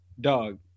dog